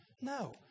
No